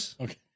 Okay